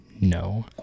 no